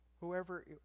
Whoever